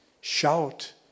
shout